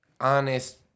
honest